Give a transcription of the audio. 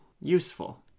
useful